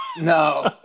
no